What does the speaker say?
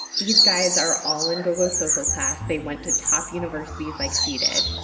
these guys are all in gougou's social class. they went to top universities like she did.